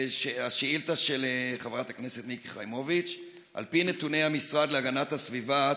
השאילתה של חברת הכנסת מיקי חיימוביץ': על פי נתוני המשרד להגנת הסביבה,